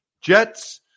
Jets